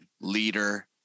leader